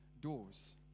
doors